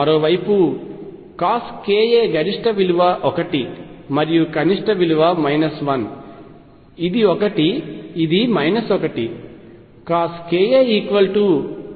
మరోవైపు Coska గరిష్ట విలువ 1 మరియు కనిష్ట విలువ 1 ఇది 1 ఇది 1